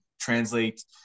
translate